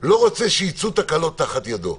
לא רוצה שייצאו תקלות תחת ידו.